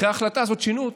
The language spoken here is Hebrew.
אחרי ההחלטה הזאת שינו אותה,